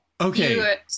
Okay